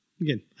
Again